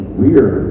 weird